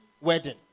wedding